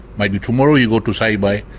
maybe tomorrow you go to saibai,